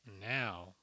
Now